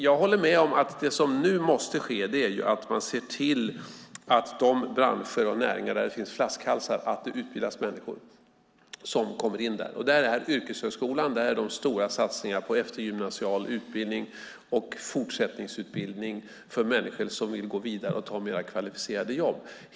Jag håller med om att det som måste ske är att se till att det inom de branscher och näringar där det finns flaskhalsar utbildas människor. Där har vi yrkeshögskolan och de stora satsningarna på eftergymnasial utbildning och fortsättningsutbildning för människor som vill gå vidare och ta mer kvalificerade jobb.